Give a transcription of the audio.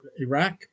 Iraq